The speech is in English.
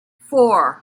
four